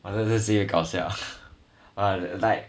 !wah! 这就是 sibeh 搞笑 !wah! like